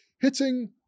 hitting